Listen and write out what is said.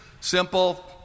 simple